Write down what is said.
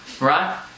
right